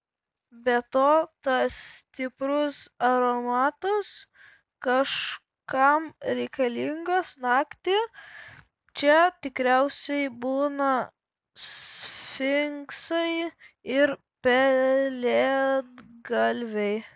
be to tas stiprus aromatas kažkam reikalingas naktį čia tikriausiai būna sfinksai ir pelėdgalviai